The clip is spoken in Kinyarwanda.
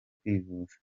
kwivuza